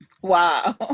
Wow